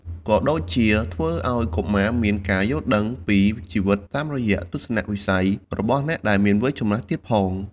ក៏ដូចជាធ្វើឲ្យកុមារមានការយល់ដឹងពីជីវិតតាមរយៈទស្សនៈវិស័យរបស់អ្នកដែលមានវ័យចំណាស់ទៀតផង។